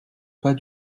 pas